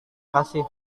kasih